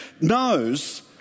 knows